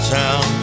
town